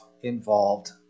involved